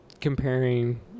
comparing